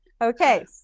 Okay